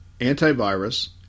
antivirus